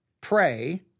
pray